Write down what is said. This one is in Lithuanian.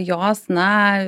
jos na